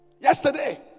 Yesterday